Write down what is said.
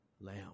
Lamb